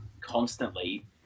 constantly